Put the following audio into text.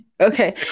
Okay